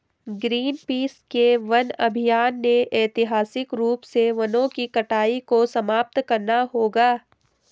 Greenpeace के वन अभियान ने ऐतिहासिक रूप से वनों की कटाई को समाप्त करना होगा